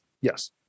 yes